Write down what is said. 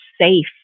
safe